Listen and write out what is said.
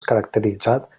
caracteritzat